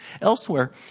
Elsewhere